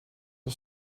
are